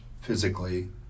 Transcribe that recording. physically